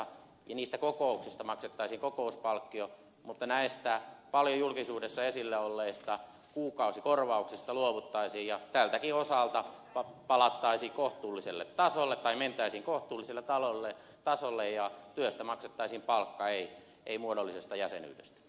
ja niistä kokouksista maksettaisiin kokouspalkkio mutta näistä paljon julkisuudessa esillä olleista kuukausikorvauksista luovuttaisiin ja tältäkin osalta mentäisiin kohtuulliselle tasolle tai niitä sinkoa tulisi matalalle tasolle ja työstä maksettaisiin palkka ei muodollisesta jäsenyydestä